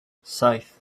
saith